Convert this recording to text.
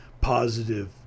positive